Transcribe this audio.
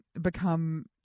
become